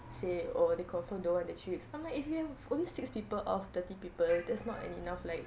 say oh they confirm don't want that three weeks I'm like if you have only six people out of thirty people that's not an enough like